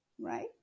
right